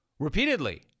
Repeatedly